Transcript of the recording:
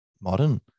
modern